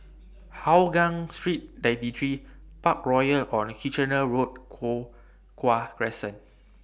Hougang Street ninety three Parkroyal on Kitchener Road Crescent